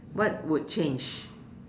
what would change